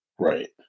Right